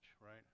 right